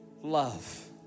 love